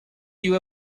you